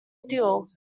steel